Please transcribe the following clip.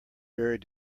buried